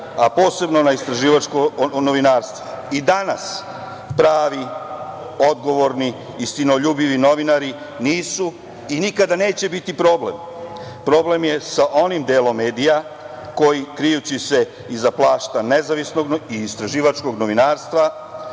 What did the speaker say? a posebno na istraživačko novinarstvo. I danas pravi, odgovorni, istinoljubivi novinari nisu i nikada neće biti problem. Problem je sa onim delom medija koji, krijući se iza plašta nezavisnog i istraživačkog novinarstva,